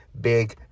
big